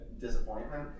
disappointment